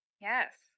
Yes